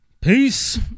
Peace